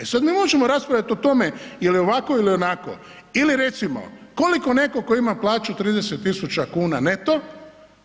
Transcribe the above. E sad mi možemo raspravljat o tome je li ovako ili onako ili recimo koliko netko tko ima plaću 30.000,00 kn neto